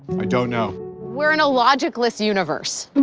i don't know. we're in a logicless universe.